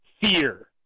fear